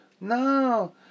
No